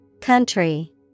Country